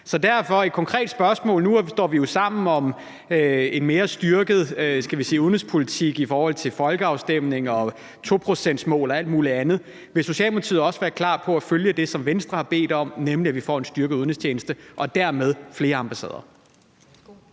Så derfor et konkret spørgsmål, for nu står vi jo sammen om en mere styrket, skal vi sige udenrigspolitik i forhold til folkeafstemning og 2-procentsmål og alt muligt andet: Vil Socialdemokratiet også være klar på at følge det, som Venstre har bedt om, nemlig at vi får en styrket udenrigstjeneste og dermed flere ambassader?